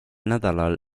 nädalal